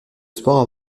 sport